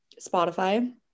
Spotify